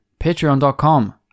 patreon.com